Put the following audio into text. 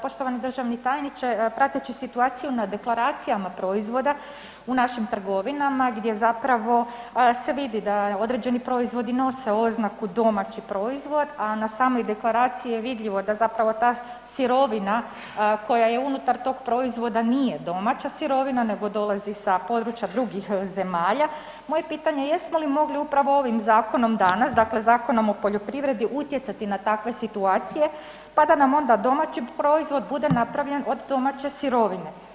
Poštovani državni tajniče prateći situaciju na deklaracijama proizvoda u našim trgovinama gdje zapravo se vide da određeni proizvodi nose oznaku domaći proizvod, a na samoj deklaraciji je vidljivo da zapravo ta sirovina koja je unutar tog proizvoda nije domaća sirovina nego dolazi sa područja drugih zemalja, moje pitanje jesmo li mogli upravo ovim zakonom danas, dakle Zakonom o poljoprivredi utjecati na takve situacije pa da nam onda domaći proizvod bude napravljen od domaće sirovine.